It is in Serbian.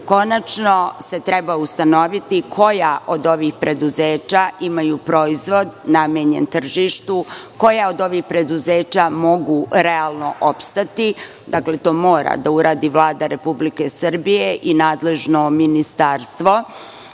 Konačno, se treba ustanoviti koja od ovih preduzeća imaju proizvod namenjen tržištu, koja od ovih preduzeća mogu realno opstati? Dakle, to mora da uradi Vlada Republike Srbije i nadležno ministarstvo,